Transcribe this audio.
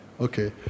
Okay